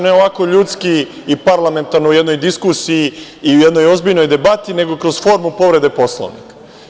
Ne ovako ljudski i parlamentarno u jednoj diskusiji i u jednoj ozbiljnoj debati, nego kroz formu povrede Poslovnika.